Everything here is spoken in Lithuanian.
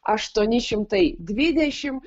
aštuoni šimtai dvidešim